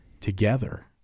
together